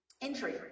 injury